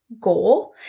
goal